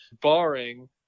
barring